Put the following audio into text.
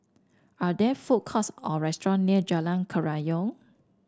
are there food courts or restaurant near Jalan Kerayong